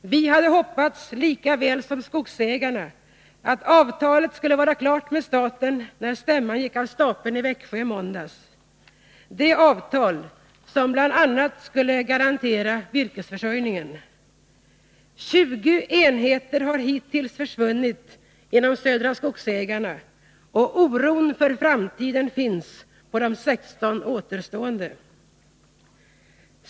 Vi hade hoppats lika väl som skogsägarna att avtalet med staten skulle ha varit klart när stämman gick av stapeln i Växjö i måndags, det avtal som bl.a. skulle garantera virkesförsörjningen. 20 enheter har hittills försvunnit inom Södra skogsägarna, och oron för framtiden finns på de 16 återstående.